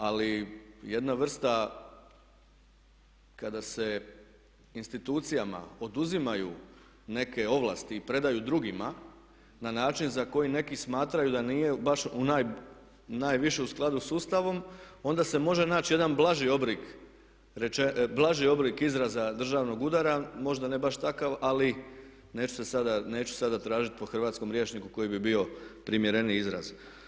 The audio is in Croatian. Ali jedna vrsta kada se institucijama oduzimaju neke ovlasti i predaju drugima na način za koji neki smatraju da nije baš u najvišem skladu s Ustavom onda se može naći jedan blaži oblik izraza državnog udara, možda ne baš takav ali neću sada tražiti po hrvatskom rječniku koji bi bio primjereniji izraz.